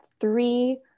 three